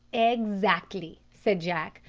exactly, said jack,